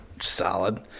solid